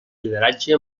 lideratge